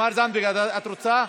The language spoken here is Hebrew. תמר זנדברג, את רוצה?